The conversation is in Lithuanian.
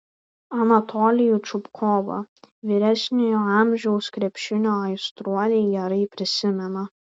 anatolijų čupkovą vyresniojo amžiaus krepšinio aistruoliai gerai prisimena